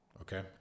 Okay